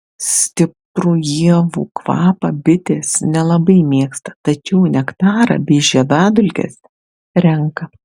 stiprų ievų kvapą bitės nelabai mėgsta tačiau nektarą bei žiedadulkes renka